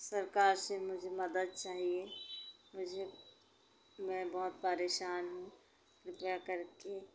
सरकार से मुझे मदद चाहिए मुझे मैं बहुत परेशान हूँ कृपया करके